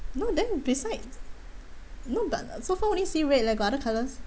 no then beside no but so far only see red leh got other colours